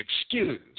excuse